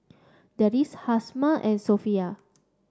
Deris Hafsa and Sofea